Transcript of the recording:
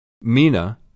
Mina